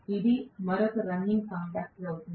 ఇది మరొక running contactor అవుతుంది